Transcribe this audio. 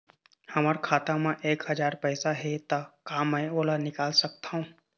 हमर खाता मा एक हजार पैसा हे ता का मैं ओला निकाल सकथव?